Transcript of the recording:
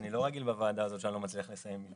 אני לא רגיל בוועדה הזאת שאני לא מצליח לסיים משפט.